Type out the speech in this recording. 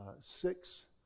six